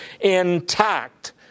intact